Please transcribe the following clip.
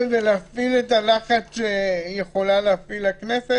ולהפעיל את הלחץ שהכנסת יכולה להפעיל,